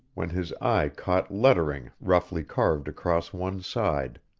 when his eye caught lettering roughly carved across one side.